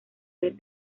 ver